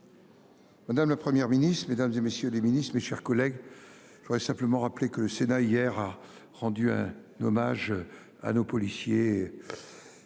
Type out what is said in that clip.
Madame, la Première ministre, mesdames et messieurs les ministres, mes chers collègues, je voudrais simplement rappeler que le Sénat hier a rendu un hommage à nos policiers.